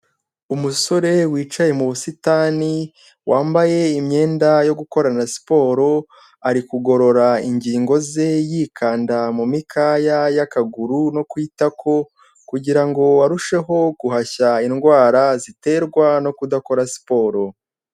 Umusore wicaye mu busitani, wambaye imyenda yo gukorana siporo, ari kugorora ingingo ze yikanda mu mikaya y'akaguru no ku itako kugirango arusheho guhashya indwara ziterwa no kudakora siporo.